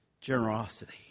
Generosity